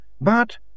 But